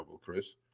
Chris